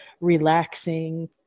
relaxing